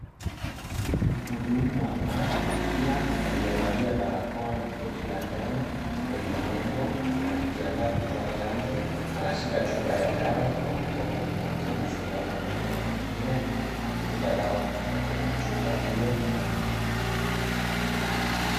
Mhudumu wa afya aliyevalia barakoa na koti la njano lenye nembo akijiandaa kutoa chanjo. Anashika chupa la dawa kwa mkono moja na sindano kwa mkono mwingine akivuta dawa kutoka kwenye chupa hiyo.